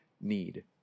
need